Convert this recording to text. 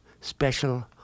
special